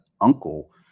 uncle